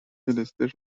دلستر